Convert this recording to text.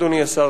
אדוני השר,